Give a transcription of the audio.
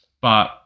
but-